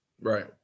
Right